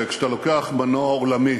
שכשאתה לוקח מנוע עולמי,